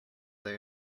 they